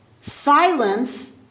silence